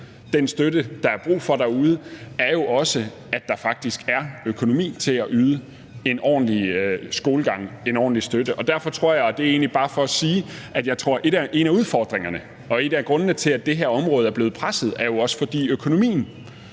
den støtte, der er brug for derude, er jo faktisk også, at der er økonomi til at yde en ordentlig skolegang, en ordentlig støtte, og det er jo egentlig bare for at sige, at jeg også tror, at en af udfordringerne og en af grundene til, at det her område er blevet presset, er, at økonomien